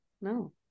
No